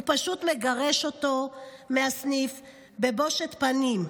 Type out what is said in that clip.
הוא פשוט מגרש אותו מהסניף בבושת פנים.